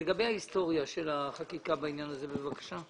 לגבי ההיסטוריה של החקיקה בעניין הזה, בבקשה.